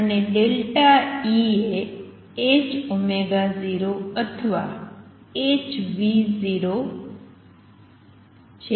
અને ∆E એ 0 અથવા h0 છે